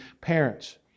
parents